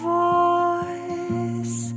voice